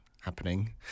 happening